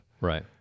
Right